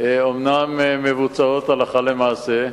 אומנם מבוצעים הלכה למעשה.